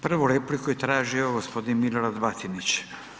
Prvu repliku je tražio gospodin Milorad Batinić.